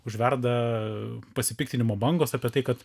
užverda pasipiktinimo bangos apie tai kad